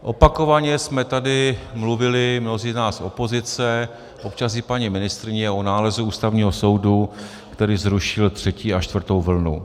Opakovaně jsme tady mluvili, mnozí z nás, opozice, občas i paní ministryně, o nálezu Ústavního soudu, který zrušil třetí a čtvrtou vlnu.